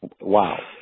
Wow